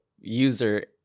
user